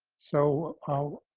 so i'll